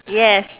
yes